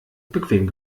bequem